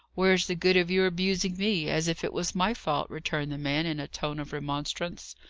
where's the good of your abusing me, as if it was my fault? returned the man, in a tone of remonstrance.